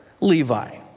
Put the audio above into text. Levi